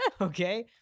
Okay